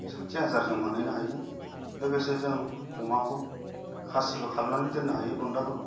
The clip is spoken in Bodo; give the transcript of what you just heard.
साथि हाजार जों मोनहैनो हायो लोगोसे जों अमाखौ खासिबो खालामनानै दोननो हायो बुन्दाफोरखौ